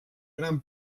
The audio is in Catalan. gran